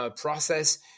process